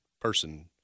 person